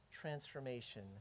transformation